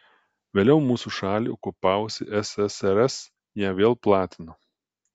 vėliau mūsų šalį okupavusi ssrs ją vėl platino